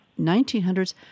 1900s